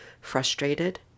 frustrated